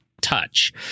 touch